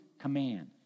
command